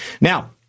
Now